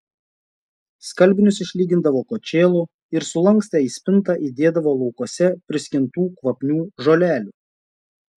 skalbinius išlygindavo kočėlu ir sulankstę į spintą įdėdavo laukuose priskintų kvapnių žolelių